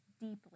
deeply